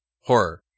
horror